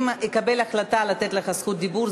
אם אקבל החלטה לתת לך זכות דיבור,